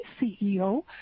CEO